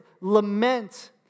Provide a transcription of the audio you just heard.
lament